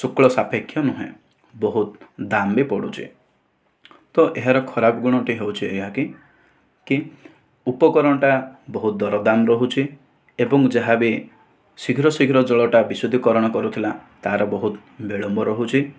ଶୁକ୍ଳ ସାପେକ୍ଷ ନୁହେଁ ବହୁତ ଦାମ ବି ପଡ଼ୁଛି ତ ଏହାର ଖରାପ ଗୁଣଟି ହେଉଛି ଏହାକି କି କି ଉପକରଣଟା ବହୁତ ଦର ଦାମ ରହୁଛି ଏବଂ ଯାହାବି ଶୀଘ୍ର ଶୀଘ୍ର ଜଳଟା ବିଶୁଦ୍ଧି କରଣ କରୁଥିଲା ତାହର ବହୁତ ବିଳମ୍ବ ରହୁଛି